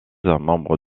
membre